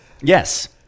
Yes